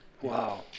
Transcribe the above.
Wow